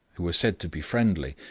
who were said to be friendly,